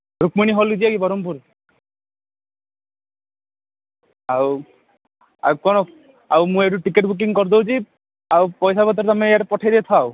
ରୁକ୍ମଣୀ ହଲ୍କୁ ଯିବା କି ବରମ୍ପୁର୍ ଆଉ ଆଉ କ'ଣ ଆଉ ମୁଁ ଏଇଠୁ ଟିକେଟ୍ ବୁକିଙ୍ଗ୍ କରି ଦେଉଛି ଆଉ ପଇସା ପତ୍ର ତୁମେ ଇଆଡ଼େ ପଠାଇ ଦେଇଥାଅ